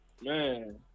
man